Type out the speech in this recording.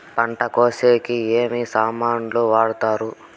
పంట కోసేకి ఏమి సామాన్లు వాడుతారు?